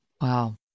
Wow